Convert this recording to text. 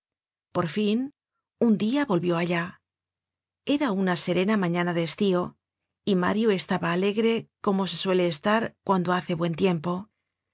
por fin un dia volvió allá era una serena mañana de estío y mario estaba alegre como se suele estar cuando hace buen tiempo